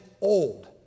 old